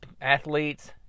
athletes